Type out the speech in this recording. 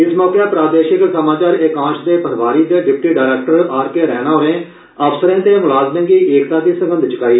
इस मौके प्रादेशिक समाचार एकांश दे प्रभारी ते deputy director R K Raina होरें अफसरें ते मुलाज़में गी एकता दी सगंध चुकाई